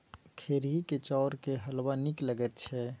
खेरहीक चाउरक हलवा नीक लगैत छै